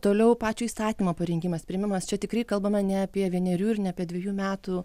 toliau pačio įstatymo parengimas priėmimas čia tikrai kalbame ne apie vienerių ir ne apie dvejų metų